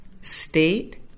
state